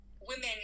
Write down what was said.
women